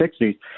60s